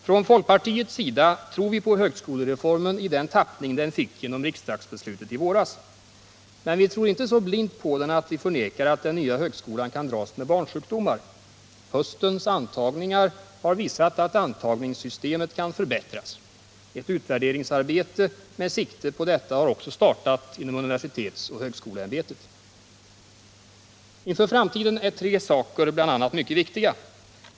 Från folkpartiets sida tror vi på högskolereformen i den tappning den fick genom riksdagsbeslutet i våras. Men vi tror inte så blint på den att vi förnekar att den nya högskolan kan dras med barnsjukdomar. Höstens antagningar har visat att antagningssystemet kan förbättras. Ett utvärderingsarbete med sikte på detta har också startat inom universitetsoch högskoleämbetet. Inför framtiden är bl.a. tre saker mycket viktiga.